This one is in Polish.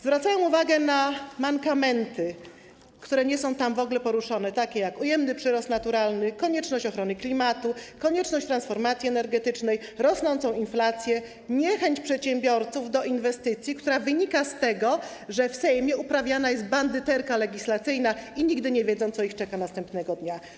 Zwracają uwagę na mankamenty, sprawy, które nie są tam w ogóle poruszone, takie jak ujemny przyrost naturalny, konieczność ochrony klimatu, konieczność transformacji energetycznej, rosnąca inflacja, niechęć przedsiębiorców do inwestycji, która wynika z tego, że w Sejmie uprawiana jest bandyterka legislacyjna i że nigdy nie wiedzą, co ich czeka następnego dnia.